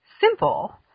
simple